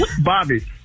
Bobby